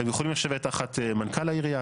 הם יכולים לשבת תחת מנכ"ל העירייה,